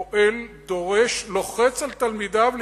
פועל, דורש, לוחץ על תלמידיו להתגייס,